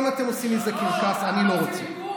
אם זה נהיה ככה, אז אני לא רוצה להתייחס.